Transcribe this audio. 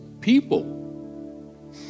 people